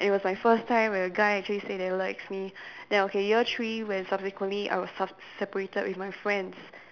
it was my first time where a guy actually say that he likes me then okay year three where subsequently I was sep~ separated with my friends